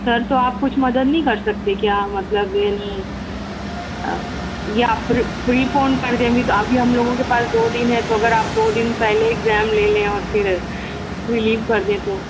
سر تو آپ کچھ مدد نہیں کر سکتے کیا مطلب یعنی یا پری پونڈ کر دیں گے تو ابھی ہم لوگوں کے پاس دو دِن ہے تو اگر آپ دو دِن پہلے اگزام لے لیں اور پھر رلیو کر دیں تو